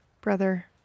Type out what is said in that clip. brother